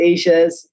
Asia's